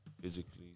physically